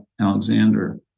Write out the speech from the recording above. alexander